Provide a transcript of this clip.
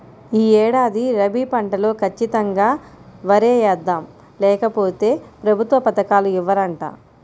యీ ఏడాది రబీ పంటలో ఖచ్చితంగా వరే యేద్దాం, లేకపోతె ప్రభుత్వ పథకాలు ఇవ్వరంట